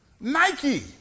Nike